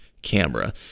camera